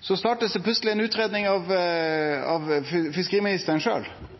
Så blir det plutseleg starta ei utgreiing av fiskeriministeren